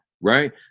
right